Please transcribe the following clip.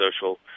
social